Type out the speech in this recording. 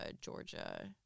Georgia